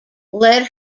led